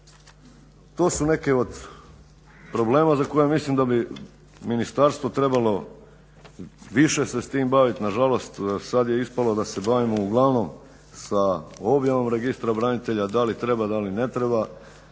To su neki od problema za koje mislim da bi ministarstvo trebalo više se s tim bavit. Na žalost, sad je ispalo da se bavimo uglavnom sa objavom registra branitelja da li treba, da li ne treba.